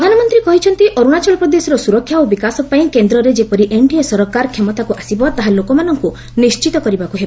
ପ୍ରଧାନମନ୍ତ୍ରୀ କହିଛନ୍ତି ଅରୁଣାଚଳ ପ୍ରଦେଶର ସୁରକ୍ଷା ଓ ବିକାଶ ପାଇଁ କେନ୍ଦ୍ରରେ ଯେପରି ଏନ୍ଡିଏ ସରକାର କ୍ଷମତାକୁ ଆସିବ ତାହା ଲୋକମାନଙ୍କୁ ନିଶ୍ଚିତ କରିବାକୁ ହେବ